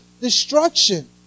destruction